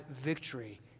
victory